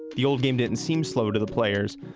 the old game didn't and seem slow to the players,